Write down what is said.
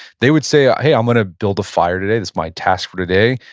they would say, ah hey, i'm gonna build a fire today, that's my task for today.